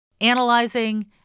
analyzing